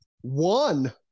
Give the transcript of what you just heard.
one